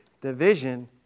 Division